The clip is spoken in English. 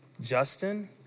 Justin